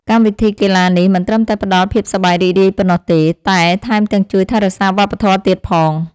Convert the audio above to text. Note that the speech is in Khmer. កម្មវិធីកីឡានេះមិនត្រឹមតែផ្តល់ភាពសប្បាយរីករាយប៉ុណ្ណោះទេ តែថែមទាំងជួយថែរក្សាវប្បធម៌ទៀតផង។